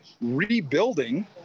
rebuilding